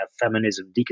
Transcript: feminism